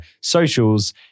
socials